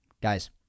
guys